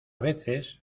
veces